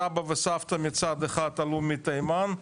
סבא וסבתא מצד אחד עלו מתימן.